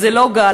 זה לא גל.